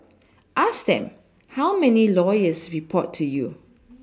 ask them how many lawyers report to you